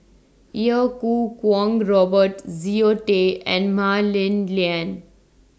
Iau Kuo Kwong Robert Zoe Tay and Mah Li Lian